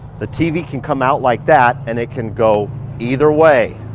the tv can come out like that and it can go either way.